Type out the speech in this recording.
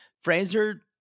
Fraser